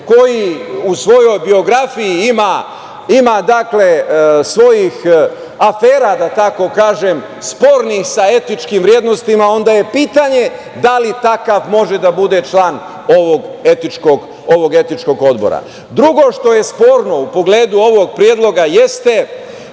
koji u svojoj biografiji ima svojih afera, da tako kažem, spornih sa etičkim vrednostima, onda je pitanje da li takav može da bude član ovog etičkog odbora? Drugo, što je sporno u pogledu ovog predloga jeste